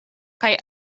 kaj